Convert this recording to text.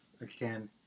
again